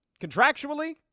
contractually